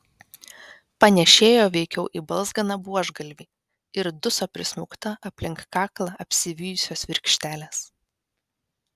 panėšėjo veikiau į balzganą buožgalvį ir duso prismaugta aplink kaklą apsivijusios virkštelės